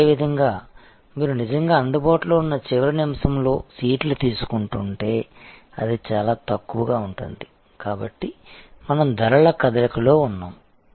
అదేవిధంగా మీరు నిజంగా అందుబాటులో ఉన్న చివరి నిమిషంలో సీట్లు తీసుకుంటుంటే అది చాలా తక్కువగా ఉంటుంది కాబట్టి మనం ధరల కదలికలో ఉన్నాము